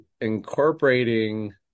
incorporating